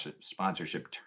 sponsorship